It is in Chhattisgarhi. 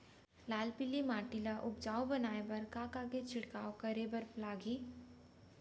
लाल पीली माटी ला उपजाऊ बनाए बर का का के छिड़काव करे बर लागही?